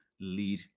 lead